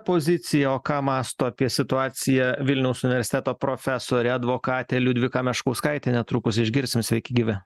pozicija o ką mąsto apie situaciją vilniaus universiteto profesorė advokatė liudvika meškauskaitė netrukus išgirsim sveiki gyvi